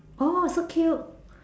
oh so cute